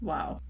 Wow